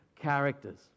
characters